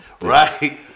right